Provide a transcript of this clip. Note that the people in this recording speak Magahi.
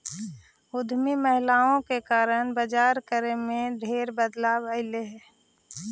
उद्यमी महिलाओं के कारण बजारिकरण में ढेर बदलाव अयलई हे